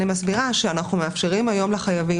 אני מסבירה שאנחנו מאפשרים היום לחייבים